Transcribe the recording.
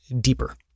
deeper